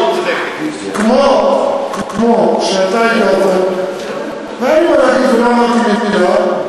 כמו שאתה הגבת ולא אמרתי מילה,